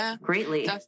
greatly